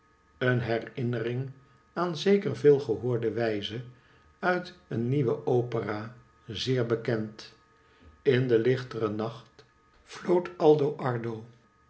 een herinnering aan zeker veel gehoorde wijze uit een nieuwe opera zeer bekend in den lichteren nacht floot aldo ardo